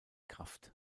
krafft